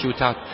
shootout